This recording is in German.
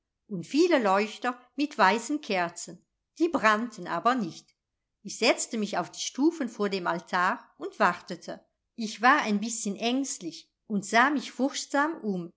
und viele leuchter mit weißen kerzen die brannten aber nicht ich setzte mich auf die stufen vor dem altar und wartete ich war ein bißchen ängstlich und sah mich furchtsam um